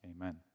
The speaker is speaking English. Amen